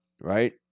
right